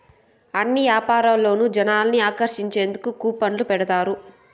అన్ని యాపారాల్లోనూ జనాల్ని ఆకర్షించేందుకు కూపన్లు పెడతారు